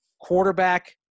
quarterback